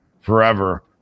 forever